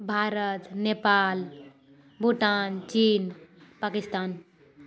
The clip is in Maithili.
भारत नेपाल भूटान चीन पाकिस्तान